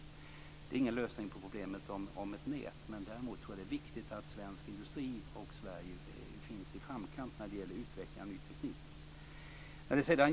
Detta är inte någon lösning på nätproblemet, men jag tror däremot att det är viktigt att Sverige och svensk industri finns i framkanten när det gäller utveckling av ny teknik.